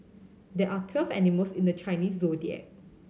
there are twelve animals in the Chinese Zodiac